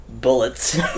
Bullets